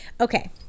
Okay